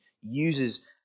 uses